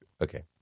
Okay